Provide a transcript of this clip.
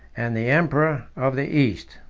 and the emperor of the east.